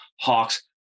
Hawks